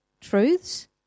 truths